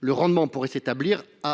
Le rendement d’une telle